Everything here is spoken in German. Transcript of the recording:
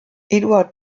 eduard